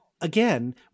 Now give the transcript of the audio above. again